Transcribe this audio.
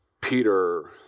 Peter